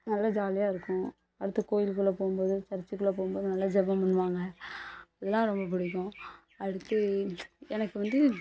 நல்லா ஜாலியாக இருக்கும் அடுத்து கோவிலுக்குள்ள போகும்போது சர்ச்சுக்குள்ள போகும்போது நல்ல ஜெபம் பண்ணுவாங்க அதெலாம் ரொம்ப பிடிக்கும் அடுத்து எனக்கு வந்து